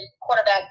quarterback